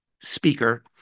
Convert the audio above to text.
speaker